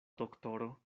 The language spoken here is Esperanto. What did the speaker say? doktoro